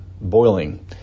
boiling